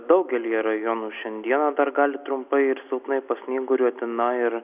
daugelyje rajonų šiandieną dar gali trumpai ir silpnai pasnyguriuoti na ir